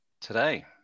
today